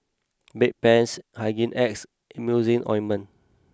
Bedpans Hygin X and Emulsying Ointment